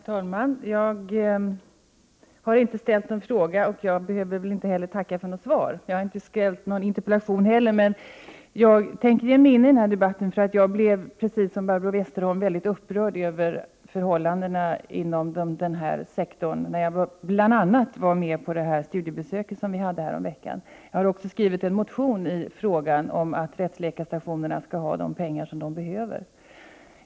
Herr talman! Jag har inte ställt någon fråga och behöver därför inte tacka för svaret. Jag har heller inte ställt någon interpellation, men jag avser att gå ini denna debatt, eftersom jag - precis som Barbro Westerholm — blev väldigt upprörd över förhållandena inom denna sektor bl.a. under vårt studiebesök häromveckan. Jag har också avgett en motion i frågan, där jag yrkar att rättsläkarstationerna skall få de pengar som de behöver.